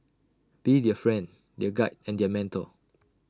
be their friend their guide and their mentor